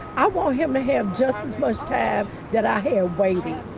i want him to have just as much time that i have waiting,